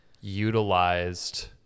utilized